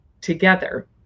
together